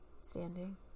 standing